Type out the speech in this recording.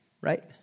right